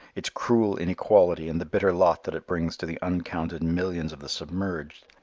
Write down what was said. its cruel inequality and the bitter lot that it brings to the uncounted millions of the submerged,